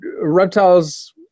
reptiles